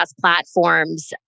platforms